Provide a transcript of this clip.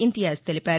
ఇంతియాజ్ తెలిపారు